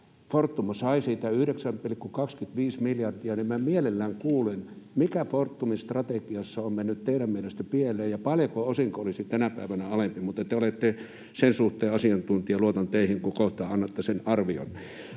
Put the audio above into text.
Fortum sai siitä 9,25 miljardia, ja minä mielelläni kuulen, mikä Fortumin strategiassa on mennyt teidän mielestänne pieleen ja paljonko osinko olisi tänä päivänä alempi. Mutta te olette sen suhteen asiantuntija, ja luotan teihin, kun kohta annatte sen arvion.